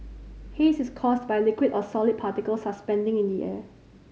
haze is caused by liquid or solid particles suspending in the air